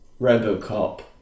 Robocop